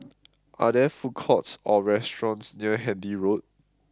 are there food courts or restaurants near Handy Road